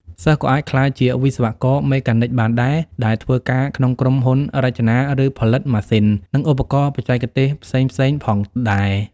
សិស្សក៏អាចក្លាយជាវិស្វករមេកានិកបានដែរ ដែលធ្វើការក្នុងក្រុមហ៊ុនរចនា ឬផលិតម៉ាស៊ីន និងឧបករណ៍បច្ចេកទេសផ្សេងៗផងដែរ។